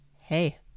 hey